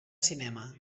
cinema